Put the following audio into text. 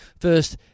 first